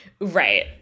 right